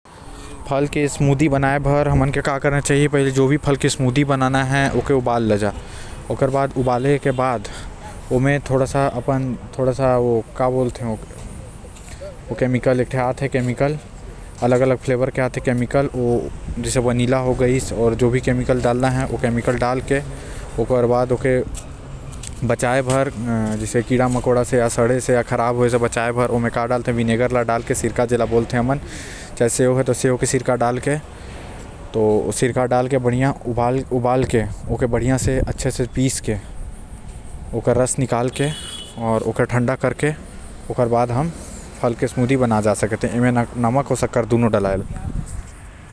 फल के स्मूदी बनाए बर पहिले जो फल के स्मूदी बनान है ओके उबाल ल। ओकर बढ़ ओमा फ्लेवर मिला के ओला चीनी डाल के ओला गरम कर हल्का आंच म।